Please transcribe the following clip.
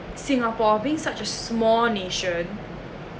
singapore being such a small nation